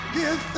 give